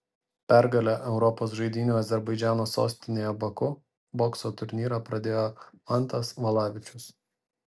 pergale europos žaidynių azerbaidžano sostinėje baku bokso turnyrą pradėjo mantas valavičius